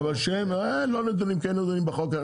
לא מעוגנים כן מעוגנים בחוק.